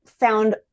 found